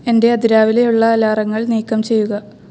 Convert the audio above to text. എന്റെ അതിരാവിലെയുള്ള അലാറങ്ങൾ നീക്കം ചെയ്യുക